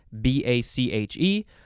B-A-C-H-E